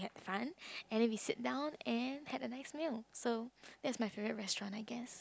have fun and we then sit down and have a nice meal so that is my favourite restaurant I guess